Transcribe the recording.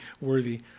worthy